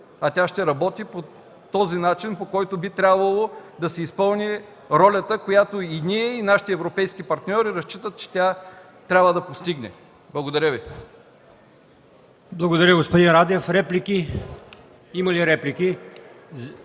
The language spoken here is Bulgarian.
а тя ще работи по този начин, по който би трябвало да се изпълни ролята, която и ние, и нашите европейски партньори разчитат, че тя трябва да постигне. Благодаря Ви. ПРЕДСЕДАТЕЛ АЛИОСМАН ИМАМОВ: Благодаря, господин Радев. Има ли реплики?